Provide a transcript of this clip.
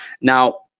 Now